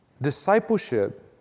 discipleship